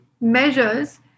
measures